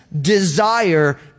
desire